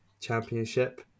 championship